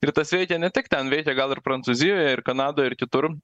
ir tas veikė ne tik ten veikė gal ir prancūzijoje ir kanadoje ir kitur